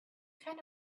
kind